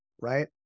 right